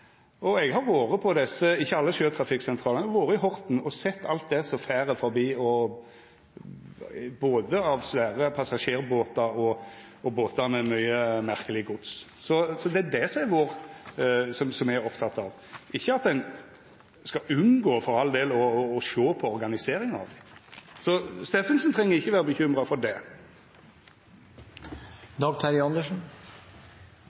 der. Eg har ikkje vore på alle sjøtrafikksentralane, men eg har vore i Horten og sett alt som reiser forbi, både store passasjerbåtar og båtar med mykje merkeleg gods. Det er me opptekne av – ikkje at ein for all del skal unngå så sjå på organiseringa. Steffensen treng ikkje vera bekymra for